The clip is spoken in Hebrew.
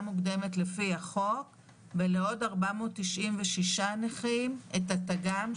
מוקדמת לפי החוק ולעוד 496 נכים את התג"מ,